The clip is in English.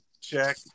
check